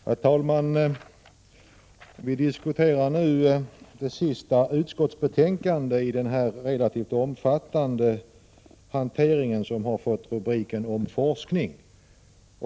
Herr talman! Vi diskuterar nu det sista utskottsbetänkandet i den relativt omfattande samlingen betänkanden som fått rubriken Om forskning.